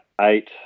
eight